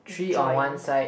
joint